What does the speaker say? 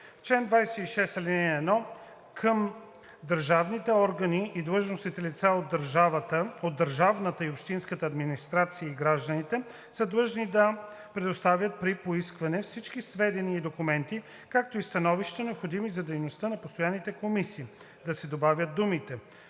„В чл. 26, ал. 1 към „Държавните органи и длъжностните лица от държавната и общинската администрация и гражданите са длъжни да предоставят при поискване всички сведения и документи, както и становища, необходими за дейността на постоянните комисии.“, да се добавят думите